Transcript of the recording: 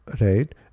right